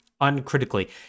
uncritically